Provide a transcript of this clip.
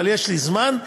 אבל יש לי זמן,